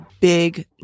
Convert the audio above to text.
big